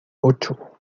ocho